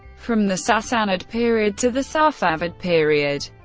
from the sasanid period to the safavid period